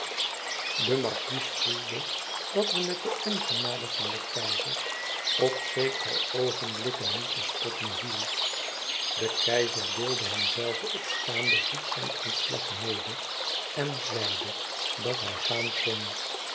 de markies voelde dat er met de ongenade van den keizer op zekere oogenblikken niet te spotten viel de keizer deelde hem zelve op staanden voet zijn ontslag mede en zeide dat hij gaan kon